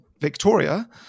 Victoria